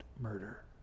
murder